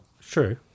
true